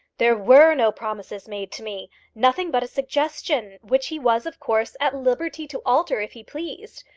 there were no promises made to me nothing but a suggestion, which he was, of course, at liberty to alter if he pleased.